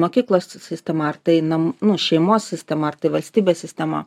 mokyklos sistema ar tai nam nu šeimos sistema ar tai valstybės sistema